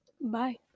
Bye